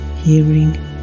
hearing